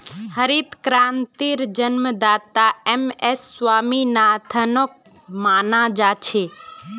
हरित क्रांतिर जन्मदाता एम.एस स्वामीनाथनक माना जा छे